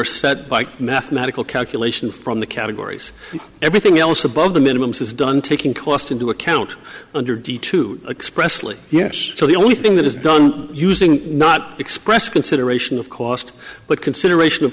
are set by mathematical calculation from the categories everything else above the minimum says done taking cost into account under de to express lee yes so the only thing that is done using not express consideration of cost but consideration of